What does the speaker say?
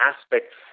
aspects